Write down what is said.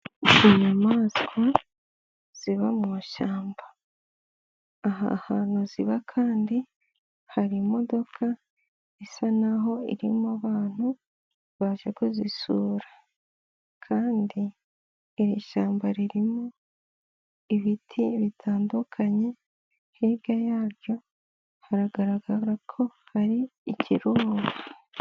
Inyamaswa ziba mu mashyamba, aha hantu ziba kandi hari imodoka isa n'aho irimo abantu baje kuzisura kandi iri shyamba ririmo ibiti bitandukanye, hirya yaryo ikiharagaragara ko hari ikirunga.